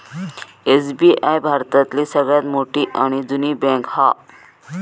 SBI भारतातली सगळ्यात मोठी आणि जुनी बॅन्क हा